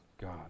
God